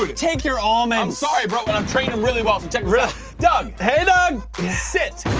take your all men sorry broke when i'm training really well from tech rift doug hey doug sit